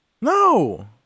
No